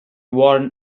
worn